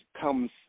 comes